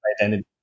identity